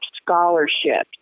scholarships